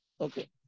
Okay